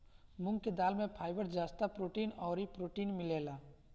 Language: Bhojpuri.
मूंग के दाल में फाइबर, जस्ता, प्रोटीन अउरी प्रोटीन मिलेला